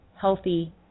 healthy